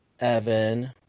Evan